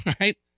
right